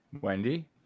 Wendy